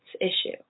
issue